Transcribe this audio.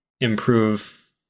improve